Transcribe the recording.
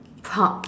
po~